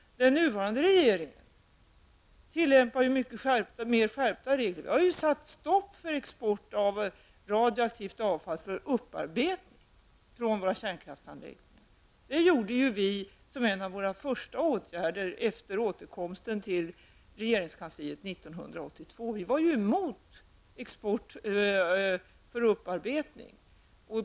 Den nuvarande regeringen tillämpar skärpta regler. Vi har satt stopp för export av radioaktivt avfall från våra kärnkraftsanläggningar för upparbetning. Detta var en av våra första åtgärder efter återkomsten till regeringskansliet 1982. Vi var emot att avfall exporterades för upparbetning.